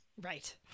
Right